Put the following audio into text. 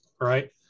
right